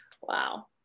wow